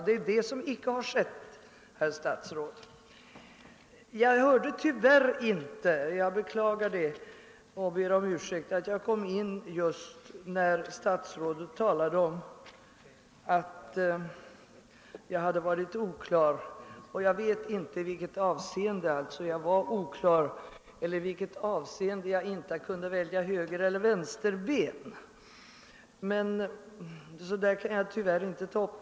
Det är det som inte har varit fallet, herr statsråd. Jag beklagar och ber om ursäkt för att jag inte kom in i kammaren förrän just när statsrådet talade om att jag hade uttryckt mig oklart. Jag vet därför inte i vilket avseende jag var oklar eller inte kunde välja högereller vänsterben, och det resonemanget kan jag alltså inte ta upp.